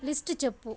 list చెప్పు